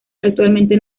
actualmente